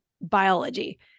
biology